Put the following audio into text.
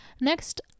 Next